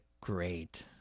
great